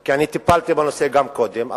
כי אני טיפלתי בנושא גם קודם,